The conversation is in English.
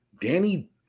Danny